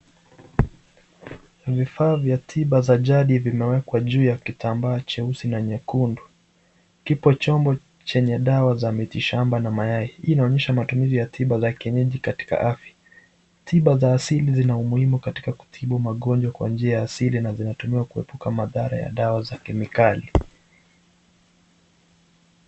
Vifaa vya tiba za jadi vimewekwa juu ya kitambaa cheusi na nyekundu. Kipo chombo chenye dawa za miti shamba na mayai. Hii inaonyesha matumizi ya tiba za kienyeji katika afya. Tiba za asili zina umuhimu katika kutibu magonjwa kwa njia ya asili na zinatumiwa kuepuka madhara ya dawa za kemikali.